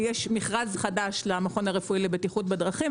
מכרז חדש למכון הרפואי לבטיחות בדרכים,